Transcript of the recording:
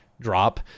drop